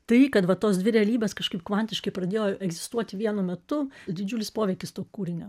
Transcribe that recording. tai kad va tos dvi realybės kažkaip kvantiškai pradėjo egzistuoti vienu metu didžiulis poveikis to kūrinio